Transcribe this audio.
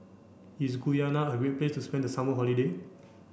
is Guyana a great place to spend the summer holiday